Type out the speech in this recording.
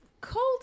cold